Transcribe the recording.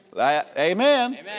Amen